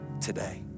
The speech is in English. today